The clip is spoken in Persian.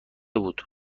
بود